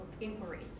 inquiries